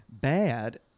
bad